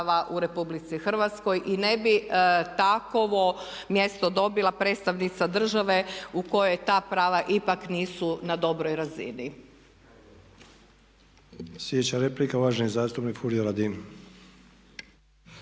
ljudskih prava u RH i ne bi takovo mjesto dobila predstavnica države u kojoj ta prava ipak nisu na dobroj razini.